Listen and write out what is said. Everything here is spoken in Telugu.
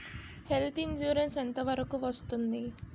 హెల్త్ ఇన్సురెన్స్ ఎంత వరకు వస్తుంది?